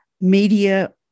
Media